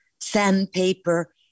sandpaper